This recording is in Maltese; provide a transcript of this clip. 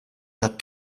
tat